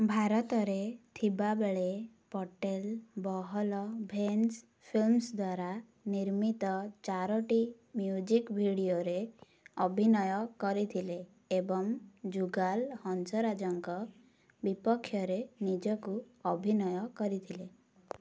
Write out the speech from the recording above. ଭାରତରେ ଥିବାବେଳେ Patel Bahl Venus Films ଦ୍ୱାରା ନିର୍ମିତ ଚାରୋଟି ମ୍ୟୁଜିକ୍ ଭିଡ଼ିଓରେ ଅଭିନୟ କରିଥିଲେ ଏବଂ ଜୁଗାଲ୍ ହଂସରାଜଙ୍କ ବିପକ୍ଷରେ ନିଜକୁ ଅଭିନୟ କରିଥିଲେ